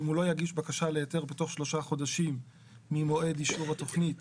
אם הוא לא יגיש בקשה להיתר בתוך 3 חודשים ממועד אישור התכנית